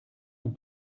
nous